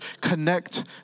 connect